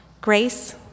grace